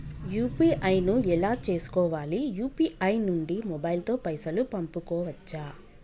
UPI ను ఎలా చేస్కోవాలి యూ.పీ.ఐ నుండి మొబైల్ తో పైసల్ పంపుకోవచ్చా?